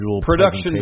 Production